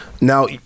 Now